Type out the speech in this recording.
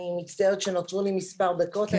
אני מצטערת שנותרו לי מספר דקות.